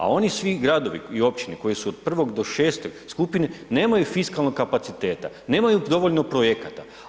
A oni svi gradovi i općine koji su od 1. do 6. skupine nemaju fiskalnog kapaciteta, nemaju dovoljno projekata.